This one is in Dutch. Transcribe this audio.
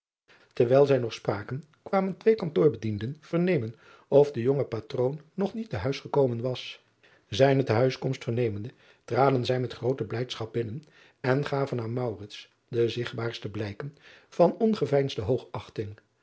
erwijl zij nog spraken kwamen twee kantoorbedienden verne men of de jonge patroon nog niet te huis gekomen was ijne te huis komst vernemende traden zij met groote blijdschap binnen en gaven aan de zigtbaarste blijken van ongeveinsde hoogachting